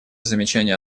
замечание